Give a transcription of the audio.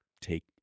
take